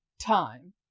time